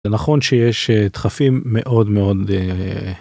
זה נכון שיש דחפים מאוד מאוד..